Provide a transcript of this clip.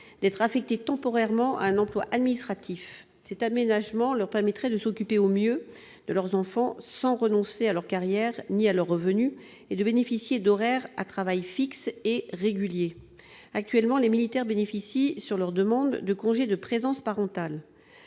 d'être affectés temporairement à un emploi administratif. Cet aménagement leur permettrait de s'occuper au mieux de leur enfant sans renoncer à leur carrière ni à leurs revenus et de bénéficier d'horaires de travail fixes et réguliers. Actuellement, les militaires peuvent demander un congé de présence parentale.